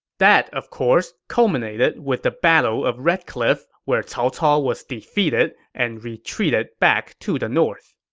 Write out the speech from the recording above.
that, of course, culminated with the battle of red cliff, where cao cao was defeated and retreated back to the north